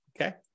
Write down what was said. Okay